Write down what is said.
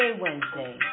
Wednesday